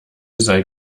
sei